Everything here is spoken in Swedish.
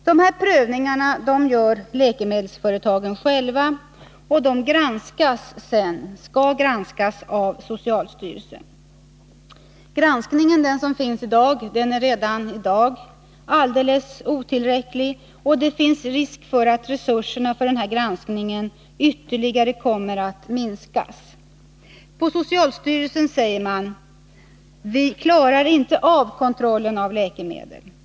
Dessa prövningar gör läkemedelsföretagen själva, och de skall sedan granskas av socialstyrelsen. Granskningen är redan i dag helt otillräcklig, och det finns risk för att resurserna för denna granskning kommer att ytterligare minskas. På socialstyrelsen säger man: Vi klarar inte av kontrollen av läkemedel.